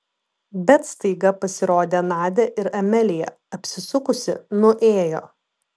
bet staiga pasirodė nadia ir amelija apsisukusi nuėjo